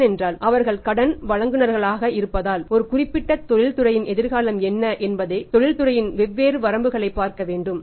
ஏனென்றால் அவர்கள் கடன் வழங்குநர்களாக இருப்பதால் ஒரு குறிப்பிட்ட தொழிற்துறையின் எதிர்காலம் என்ன என்பதை தொழில்துறையின் வெவ்வேறு வரம்புகளைப் பார்க்க வேண்டும்